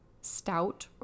stout